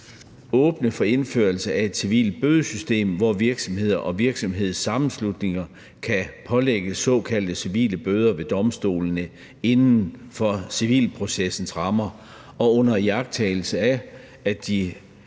åbner for indførelse af et civilt bødesystem, hvor virksomheder og virksomhedssammenslutninger kan pålægges såkaldte civile bøder ved domstolene inden for civilprocessens rammer og under iagttagelse af de